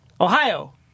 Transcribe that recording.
Ohio